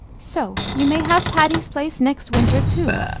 so you may have patty's place next winter, too,